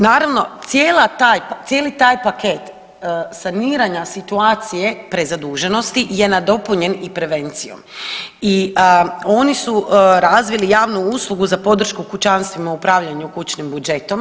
Naravno cijeli taj paket saniranja situacije prezaduženosti je nadopunjen i prevencijom i oni su razvili javnu uslugu za podršku kućanstvima u upravljanju kućnim budžetom.